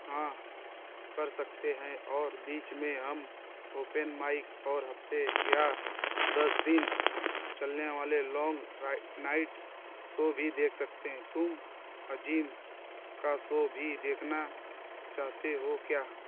हाँ कर सकते हैं और बीच में हम ओपेन माइक और हफ़्ते या दस दिन चलने वाले लौंग रा नाईट शो भी देख सकते हैं तुम अज़ीम का शो भी देखना चाहते हो क्या